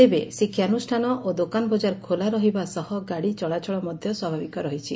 ତେବେ ଶିକ୍ଷାନୁଷାନ ଓ ଦୋକାନବଜାର ଖୋଲା ରହିବା ସହ ଗାଡି ଚଳାଚଳ ମଧ୍ଧ ସ୍ୱାଭାବିକ ରହିଛି